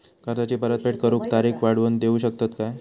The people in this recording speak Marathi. कर्जाची परत फेड करूक तारीख वाढवून देऊ शकतत काय?